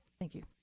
thank you.